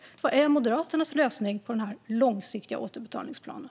Vad är Moderaternas lösning för den långsiktiga återbetalningsplanen?